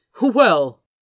well—